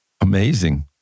amazing